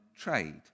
trade